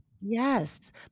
Yes